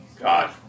God